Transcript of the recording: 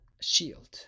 shield